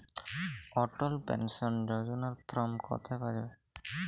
অটল pension যোজনার form কোথায় পাওয়া যাবে?